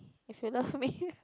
if you love me